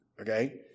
okay